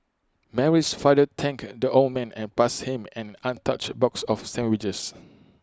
Mary's father thanked the old man and passed him an untouched box of sandwiches